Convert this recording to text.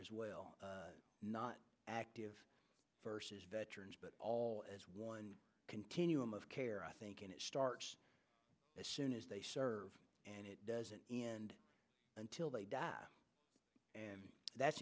as well not active versus veterans but all as one continuum of care i think it starts as soon as they serve and it doesn't end until they die that's